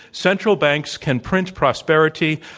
central banks can print prospe rity.